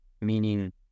Meaning